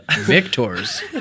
victors